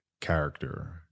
character